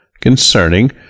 concerning